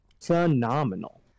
phenomenal